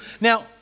Now